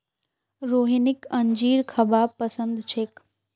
रोहिणीक अंजीर खाबा पसंद छेक